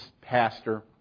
pastor